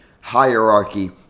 hierarchy